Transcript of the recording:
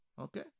okay